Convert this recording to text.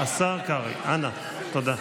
כי מה שאני אומר פה ישפיע על כל אחד ואחד מכם,